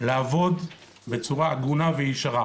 לעבוד בצורה הגונה וישרה.